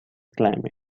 climate